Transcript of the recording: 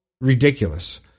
ridiculous